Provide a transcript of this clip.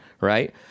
right